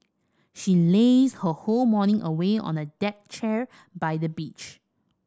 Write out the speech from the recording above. she lazed her whole morning away on a deck chair by the beach